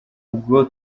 bwo